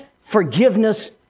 forgiveness